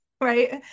right